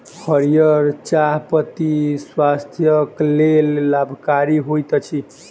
हरीयर चाह पत्ती स्वास्थ्यक लेल लाभकारी होइत अछि